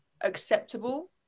acceptable